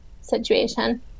situation